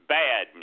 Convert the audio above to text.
bad